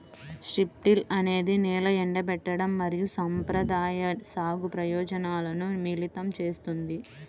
strip till అనేది నేల ఎండబెట్టడం మరియు సంప్రదాయ సాగు ప్రయోజనాలను మిళితం చేస్తుంది